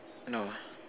no